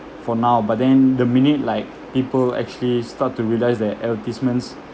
for now but then the minute like people actually start to realize that advertisements